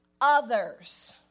others